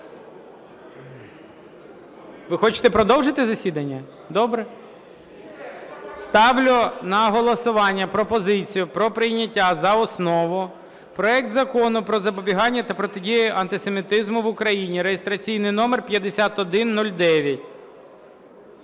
Ви хочете продовжити засідання? Добре. Ставлю на голосування пропозицію про прийняття за основу проект Закону про запобігання та протидію антисемітизму в Україні (реєстраційний номер 5109)